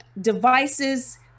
devices